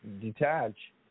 detach